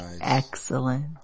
Excellent